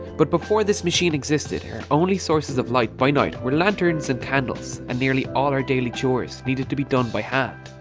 but before this machine existed our only sources of light by night were lanterns and candles and nearly all our daily chores needed to be done by hand.